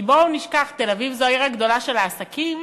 כי בואו לא נשכח: תל-אביב זו העיר הגדולה של העסקים,